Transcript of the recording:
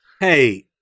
Hey